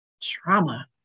trauma